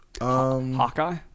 Hawkeye